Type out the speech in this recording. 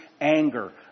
anger